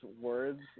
words